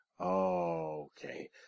Okay